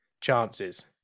chances